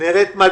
בנושא הזה מזה